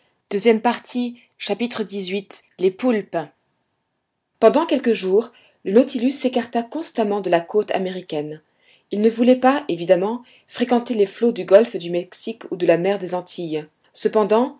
mer xviii les poulpes pendant quelques jours le nautilus s'écarta constamment de la côte américaine il ne voulait pas évidemment fréquenter les flots du golfe du mexique ou de la mer des antilles cependant